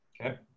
Okay